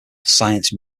science